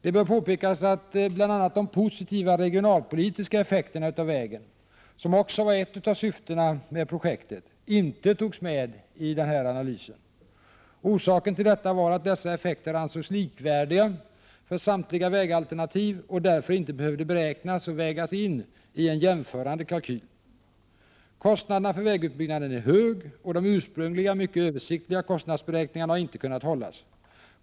Det bör påpekas att bl.a. de positiva regionalpolitiska effekterna av vägen — som också var ett av syftena med projektet — inte togs med i analysen. Orsaken till detta var att dessa effekter ansågs likvärdiga för samtliga vägalternativ och därför inte behövde beräknas och vägas in i en jämförande kalkyl. Kostnaderna för vägutbyggnaden är höga, och de ursprungliga — mycket översiktliga — kostnadsberäkningarna har inte kunnat hållas.